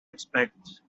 expect